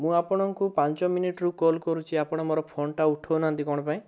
ମୁଁ ଆପଣଙ୍କୁ ପାଞ୍ଚ ମିନିଟ୍ରୁ କଲ୍ କରୁଛି ଆପଣ ମୋର ଫୋନ୍ଟା ଉଠଉନାହାନ୍ତି କ'ଣ ପାଇଁ